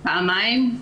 פעמיים,